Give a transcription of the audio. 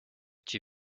cię